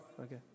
okay